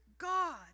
God